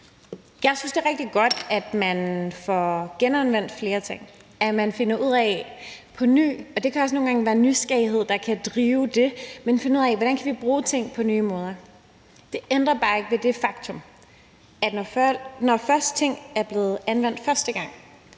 Jeg synes, at det er rigtig godt, at man får genanvendt flere ting, at man finder ud af – og det kan også nogle gange være nysgerrighed, der kan drive det – hvordan vi kan bruge ting på nye måder. Det ændrer bare ikke ved det faktum, at når først ting er blevet anvendt første gang,